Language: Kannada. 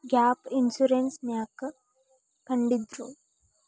ಗ್ಯಾಪ್ ಇನ್ಸುರೆನ್ಸ್ ನ್ಯಾಕ್ ಕಂಢಿಡ್ದ್ರು?